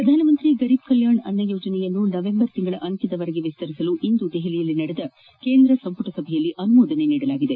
ಪ್ರಧಾನಮಂತ್ರಿ ಗರೀಬ್ ಕಲ್ಯಾಣ್ ಅನ್ನ ಯೋಜನೆಯನ್ನು ನವೆಂಬರ್ ತಿಂಗಳವರೆಗೆ ವಿಸ್ತರಿಸಲು ಇಂದು ದೆಹಲಿಯಲ್ಲಿ ನಡೆದ ಕೇಂದ್ರ ಸಚಿವ ಸಂಪುಟ ಸಭೆಯಲ್ಲಿ ಅನುಮೋದನೆ ನೀಡಲಾಗಿದೆ